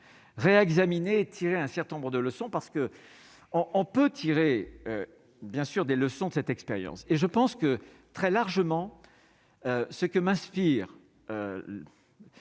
réexaminer tirer un certain nombre de leçons parce que on on peut tirer bien sûr des leçons de cette expérience et je pense que très largement ce que m'inspire